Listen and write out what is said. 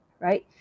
right